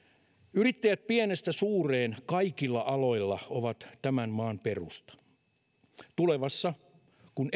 yrittäjät pienestä suureen kaikilla aloilla ovat tämän maan perusta tulevassa kun